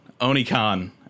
OniCon